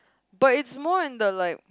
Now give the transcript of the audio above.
but it's more in the like